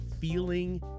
feeling